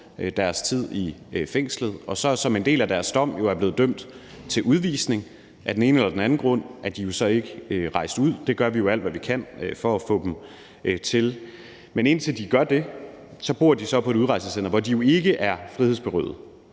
deres fængselsstraf, og så som en del af deres dom er blevet dømt til udvisning. Af den ene eller den anden grund er de så ikke rejst ud, og det gør vi jo alt, hvad vi kan, for at få dem til. Men indtil de gør det, bor de så på et udrejsecenter, hvor de jo ikke er frihedsberøvet,